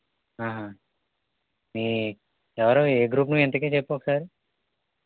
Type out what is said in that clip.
మీ ఎవరు ఏ గ్రూపు నువ్వు ఇంతకీ చెప్పు ఒకసారి